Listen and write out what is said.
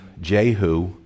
Jehu